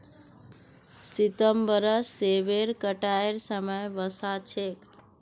सितंबरत सेबेर कटाईर समय वसा छेक